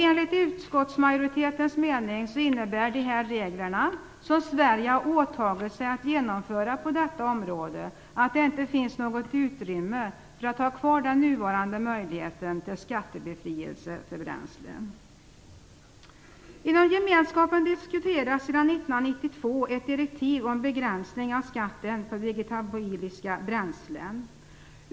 Enligt utskottsmajoritetens mening innebär de här reglerna, som Sverige har åtagit sig att genomföra på detta område, att det inte finns något utrymme för att ha kvar den nuvarande möjligheten till skattebefrielse för bränslen. Inom gemenskapen diskuteras sedan 1992 ett direktiv om begränsning av skatten på vegetabiliska bränslen.